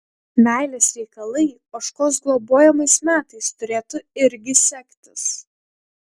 meilės reikalai ožkos globojamais metais turėtų irgi sektis